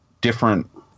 different